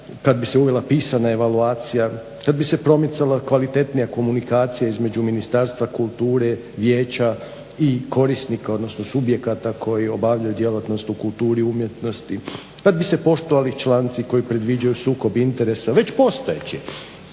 kad bi se uvela pisana evaluacija, kad bi se promicala kvalitetnija komunikacija između Ministarstva kulture, vijeća i korisnika odnosno subjekata koji obavljaju djelatnost u kulturi umjetnosti, kad bi se poštovali članci koji predviđaju sukob interesa već postojeći